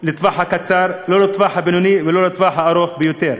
לטווח הקצר, לטווח הבינוני ולטווח הארוך ביותר.